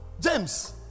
james